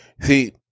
See